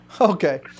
Okay